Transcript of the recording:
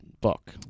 book